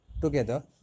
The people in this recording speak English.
together